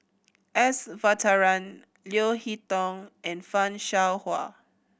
S Varathan Leo Hee Tong and Fan Shao Hua